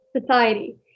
society